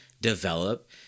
develop